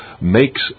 makes